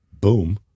boom